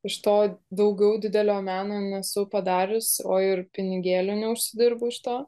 iš to daugiau didelio meno nesu padarius o ir pinigėlių neužsidirbu iš to